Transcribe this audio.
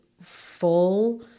full